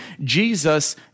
Jesus